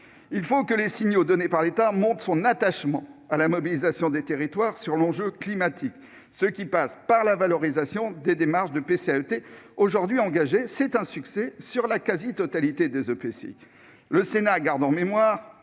l'État, par les signaux qu'il envoie, montre son attachement à la mobilisation des territoires sur l'enjeu climatique. Cela passe par la valorisation des démarches de PCAET aujourd'hui engagées- c'est un succès ! -dans la quasi-totalité des EPCI. Le Sénat garde en mémoire,